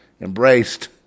embraced